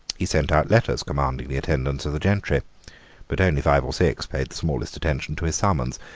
he sent out letters commanding the attendance of the gentry but only five or six paid the smallest attention to his summons.